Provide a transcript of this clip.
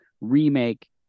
remake